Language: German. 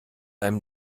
einem